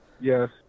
Yes